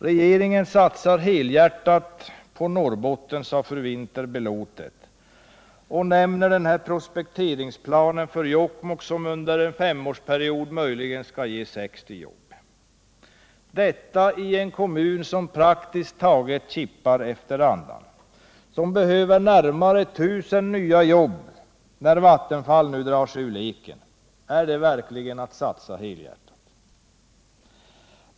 Regeringen satsar helhjärtat på Norrbotten, sade fru Winther belåtet och nämnde den prospekteringsplan för Jokkmokk som under en femårsperiod möjligen kommer att med föra att 60 jobb skapas i Jokkmokks kommun. Men att ge 60 jobb till en kommun som praktiskt taget kippar efter andan och som behöver närmare 1 000 nya jobb, när Vattenfall nu drar sig ur leken, är det Nr 143 verkligen att satsa helhjärtat?